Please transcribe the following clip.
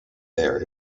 there